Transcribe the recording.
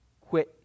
quit